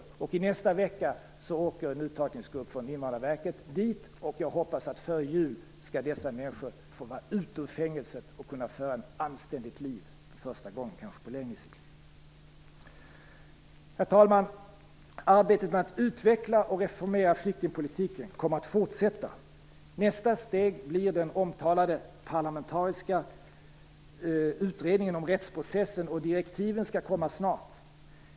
I nästa vecka åker en grupp från Invandrarverket dit. Jag hoppas att dessa människor skall vara ute ur fängelset före jul och att de för första gången på länge skall kunna föra ett anständigt liv. Herr talman! Arbetet med att utveckla och reformera flyktingpolitiken kommer att fortsätta. Nästa steg blir den omtalade parlamentariska utredningen om rättsprocessen. Direktiven skall komma snart.